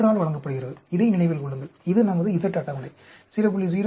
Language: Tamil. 3 ஆல் வழங்கப்படுகிறது இதை நினைவில் கொள்ளுங்கள் இது நமது z அட்டவணை 0